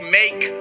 make